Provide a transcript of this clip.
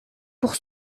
pour